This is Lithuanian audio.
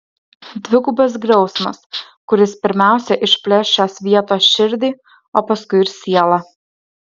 dvigubas griausmas kuris pirmiausia išplėš šios vietos širdį o paskui ir sielą